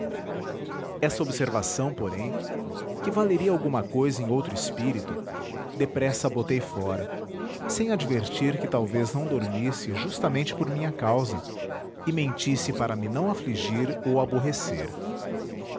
essa observação porém que valeria alguma cousa em outro espírito depressa a botei fora sem advertir que talvez não dormisse justamente por minha causa e mentisse para me não afligir ou aborrecer